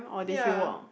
ya